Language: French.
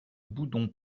boudons